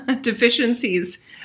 deficiencies